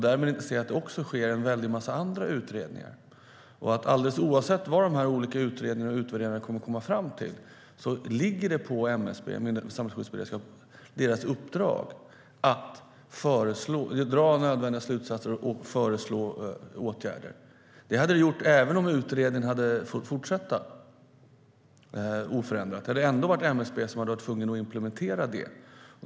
Därmed ser de inte att det också görs en väldig massa andra utredningar och att det alldeles oavsett vad de olika utredningarna och utvärderingarna kommer fram till ligger i uppdraget till MSB, Myndigheten för samhällsskydd och beredskap, att dra nödvändiga slutsatser och föreslå åtgärder. Det hade det gjort även om utredningen fått fortsätta oförändrat. Det hade ändå varit MSB som varit tvunget att implementera det.